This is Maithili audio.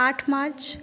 आठ मार्च